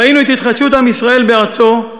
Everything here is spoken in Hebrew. ראינו את התחדשות עם ישראל בארצו,